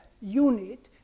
unit